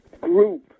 group